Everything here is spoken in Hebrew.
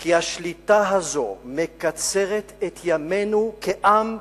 כי השליטה הזאת מקצרת את ימינו כעם,